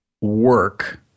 work